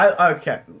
okay